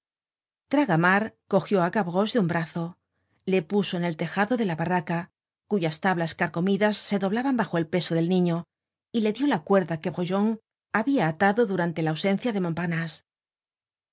zapatos tragamar cogió á gavroche de un brazo le puso en el tejado de la barraca cuyas tablas carcomidas se doblaban bajo el peso del niño y le dió la cuerda que brujon habia atado durante la ausencia de